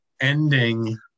ending